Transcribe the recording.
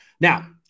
Now